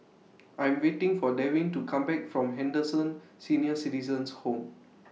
I'm waiting For Devyn to Come Back from Henderson Senior Citizens' Home